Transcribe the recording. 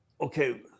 okay